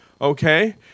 Okay